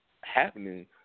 happening